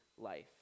life